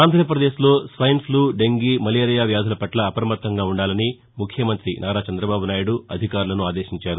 ఆంధ్రప్రదేశ్ లో swine flu dengue malaria వ్యాధుల పట్ల అప్రమత్తంగా ఉండాలని ముఖ్యమంతి నారా చందబాబునాయుడు అధికారులను ఆదేశించారు